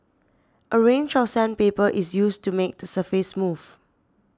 a range of sandpaper is used to make the surface smooth